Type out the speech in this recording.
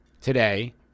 today